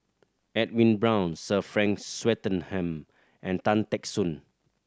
Edwin Brown Sir Frank Swettenham and Tan Teck Soon